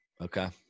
Okay